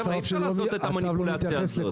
חבר'ה, אי-אפשר לעשות המניפולציה הזאת.